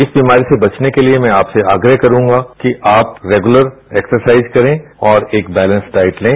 इस बीमारी से बचने के लिए मैं आपसे आग्रह करूंगा कि आप रेगुलर एक्सरसाइज करें और एक बैलेंस डाइट लें